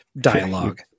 dialogue